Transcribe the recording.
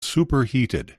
superheated